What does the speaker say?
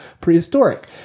prehistoric